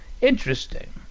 Interesting